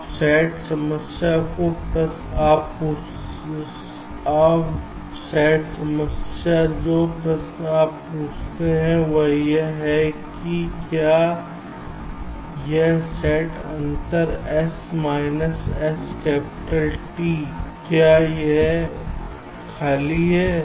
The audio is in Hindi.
अब SAT समस्या जो प्रश्न आप पूछते हैं वह यह है कि क्या यह सेट अंतर S minus S capital T क्या यह खाली है